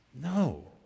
No